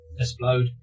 Explode